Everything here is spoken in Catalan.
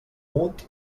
mut